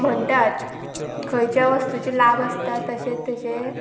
म्हणटात खंयच्याय वस्तूचे लाभ आसता तशेंच ताजे